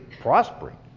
prospering